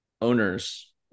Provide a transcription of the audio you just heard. owners